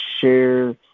share